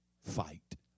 fight